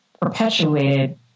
perpetuated